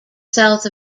south